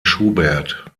schubert